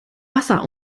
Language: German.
wasser